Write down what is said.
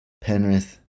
Penrith